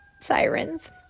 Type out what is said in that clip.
sirens